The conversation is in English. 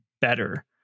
better